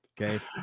Okay